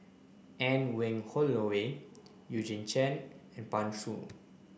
Anne Wong Holloway Eugene Chen and Pan Shou